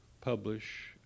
publish